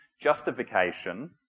Justification